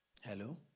Hello